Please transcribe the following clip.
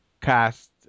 cast